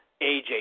AJ